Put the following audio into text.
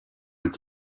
its